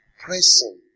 pressing